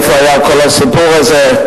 איפה היה כל הסיפור הזה?